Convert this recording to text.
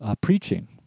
preaching